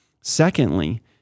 Secondly